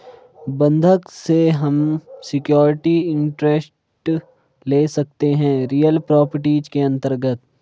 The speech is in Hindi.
बंधक से हम सिक्योरिटी इंटरेस्ट ले सकते है रियल प्रॉपर्टीज के अंतर्गत